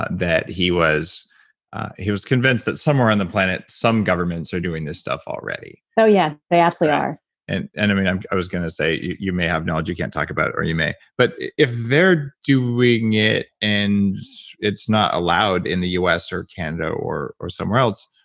that he was he was convinced that somewhere on the planet, some governments are doing this stuff already oh yeah, they absolutely are and anyway, i was going to say you may have knowledge you can't talk about or you may but if they're doing it, and it's not allowed in the u s. or canada or or somewhere else,